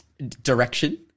Direction